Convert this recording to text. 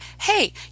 hey